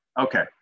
Okay